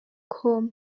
com